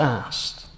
asked